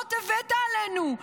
כישלונות הבאת עלינו.